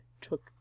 took